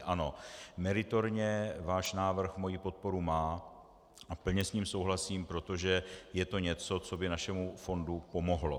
Ano, meritorně váš návrh moji podporu má a plně s ním souhlasím, protože je to něco, co by našemu fondu pomohlo.